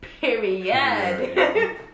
period